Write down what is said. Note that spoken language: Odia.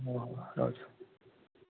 ହେଉ ହେଉ ରହୁଛି